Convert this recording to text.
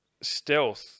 stealth